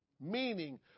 meaning